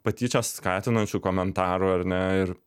patyčias skatinančių komentarų ar ne ir